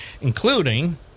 including